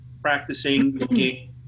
practicing